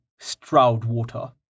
Stroudwater